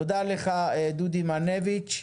תודה לך, דודי מנביץ.